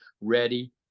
ready